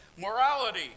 Morality